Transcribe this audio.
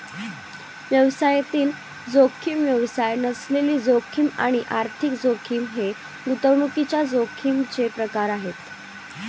व्यवसायातील जोखीम, व्यवसाय नसलेली जोखीम आणि आर्थिक जोखीम हे गुंतवणुकीच्या जोखमीचे प्रकार आहेत